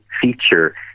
feature